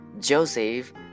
Joseph